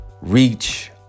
reach